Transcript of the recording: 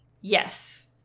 yes